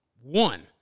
One